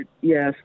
yes